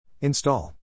Install